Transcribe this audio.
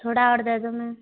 थोड़ा और दे दो मेम